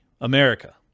America